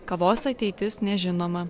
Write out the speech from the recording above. kavos ateitis nežinoma